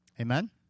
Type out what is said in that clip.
Amen